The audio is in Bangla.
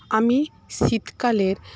আমি শীতকালে